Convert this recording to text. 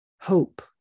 Hope